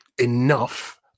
enough